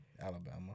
Alabama